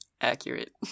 accurate